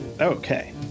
Okay